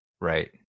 Right